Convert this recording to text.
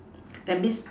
that means